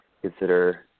consider